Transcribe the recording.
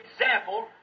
example